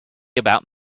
about